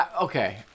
Okay